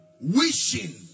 wishing